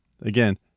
Again